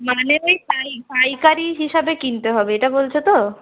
মানে ওই পাইকারি হিসাবে কিনতে হবে এটা বলছো তো